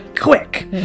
Quick